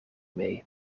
mee